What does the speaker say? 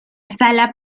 sala